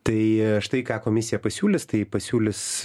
tai štai ką komisija pasiūlys tai pasiūlys